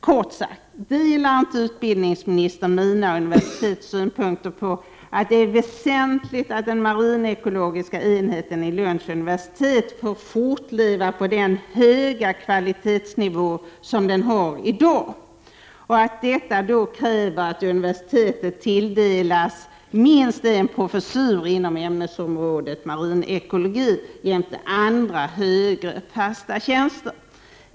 Kort sagt, delar inte utbildningsministern mina och universitetets synpunkter på att det är väsentligt att den marinekologiska enheten vid Lunds universitet får fortleva på den höga kvalitetsnivå som den i dag har och att det då krävs att universitetet tilldelas minst en professur inom ämnesområdet marinekologi jämte andra högre fasta tjänster?